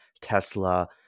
Tesla